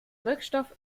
wirkstoff